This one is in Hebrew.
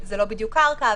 זה לא בדיוק קרקע,